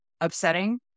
upsetting